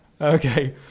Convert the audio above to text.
Okay